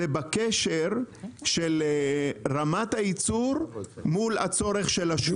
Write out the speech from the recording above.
בקשר של רמת הייצור מול הצורך של השוק.